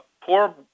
poor